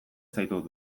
zaitut